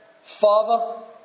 Father